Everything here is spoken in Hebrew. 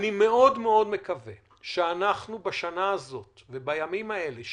אני מקווה מאוד שבשנה הזאת ובימים האלה,